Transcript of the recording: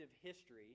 history